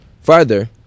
Further